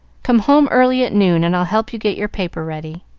come home early at noon, and i'll help you get your paper ready.